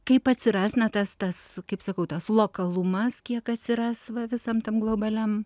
kaip atsiras na tas tas kaip sakau lokalumas kiek atsiras va visam tam globaliam